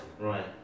Right